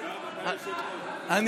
יואב,